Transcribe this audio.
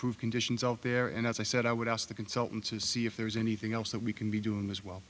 prove conditions out there and as i said i would ask the consultant to see if there's anything else that we can be doing as well